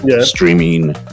streaming